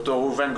בבקשה.